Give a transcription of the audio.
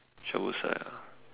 Somerset